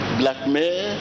blackmail